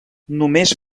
només